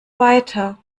weiter